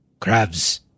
Crabs